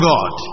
God